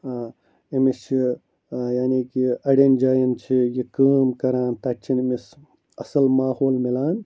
أمِس چھِ یعنی کہِ اَڑٮ۪ن جاین چھِ یہِ کٲم کَران تَتہِ چھِنہٕ أمِس اَصٕل ماحول مِلان